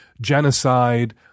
genocide